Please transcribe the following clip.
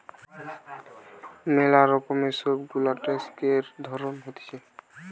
ম্যালা রকমের সব গুলা ট্যাক্সের ধরণ হতিছে